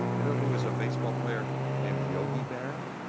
you know who was a baseball player named yogi berra.